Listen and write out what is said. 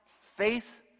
faith